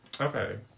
Okay